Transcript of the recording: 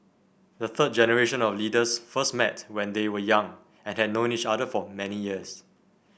the third generation of leaders first met when they were young and had known each other for many years